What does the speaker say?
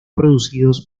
producidos